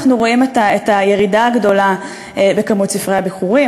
אנחנו רואים את הירידה הגדולה בכמות ספרי הביכורים,